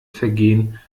vergehen